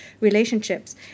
relationships